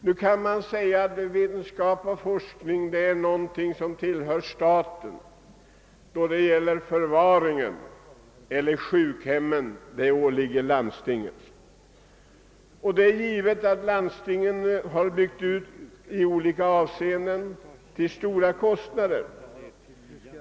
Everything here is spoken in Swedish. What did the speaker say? Det kan invändas att vetenskap och forskning är statens sak, medan förvaring på sjukhem åligger landstingen. Dessa har också byggt ut vårdmöjligheterna i olika avseenden till stora kostnader.